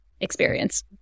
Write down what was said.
experience